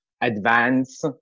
advance